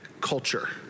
culture